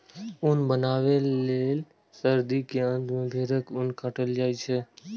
ऊन बनबै लए सर्दी के अंत मे भेड़क ऊन काटल जाइ छै